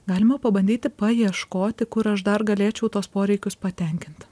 galima pabandyti paieškoti kur aš dar galėčiau tuos poreikius patenkint